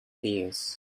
spears